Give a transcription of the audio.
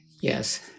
Yes